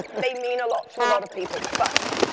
they mean a lot to a lot of people. but